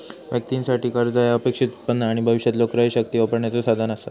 व्यक्तीं साठी, कर्जा ह्या अपेक्षित उत्पन्न आणि भविष्यातलो क्रयशक्ती वापरण्याचो साधन असा